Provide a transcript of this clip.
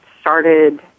started